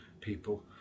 people